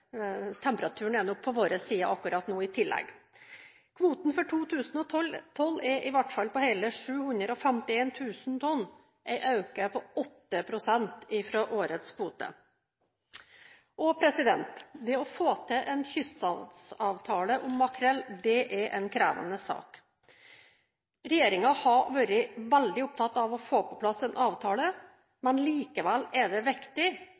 nok er på vår side akkurat nå, Kvoten for 2012 er i hvert fall på hele 751 000 tonn, en økning på 8 pst. fra årets kvote. Det å få til en kyststatsavtale om makrell er en krevende sak. Regjeringen har vært svært opptatt av å få på plass en avtale, men likevel er det viktig